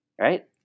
Right